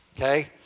okay